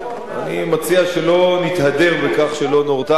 אני מציע שלא נתהדר בכך שלא נורתה אף ירייה,